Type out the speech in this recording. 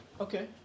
Okay